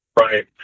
Right